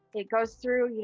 it goes through, you know